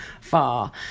far